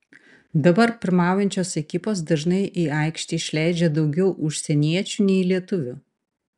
dabar pirmaujančios ekipos dažnai į aikštę išleidžia daugiau užsieniečių nei lietuvių